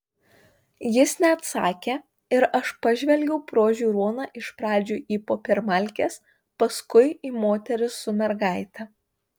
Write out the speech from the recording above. jis neatsakė ir aš pažvelgiau pro žiūroną iš pradžių į popiermalkes paskui į moterį su mergaite